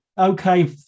okay